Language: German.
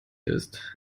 ist